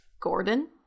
Gordon